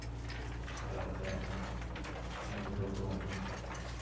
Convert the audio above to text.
ᱚᱱᱠᱟ ᱠᱟᱛᱮᱫ ᱜᱩᱰᱩ ᱠᱚ